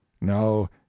No